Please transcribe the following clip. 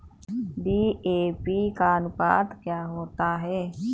DAP का अनुपात क्या होता है?